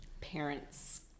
parents